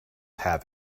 have